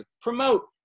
promote